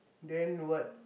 then what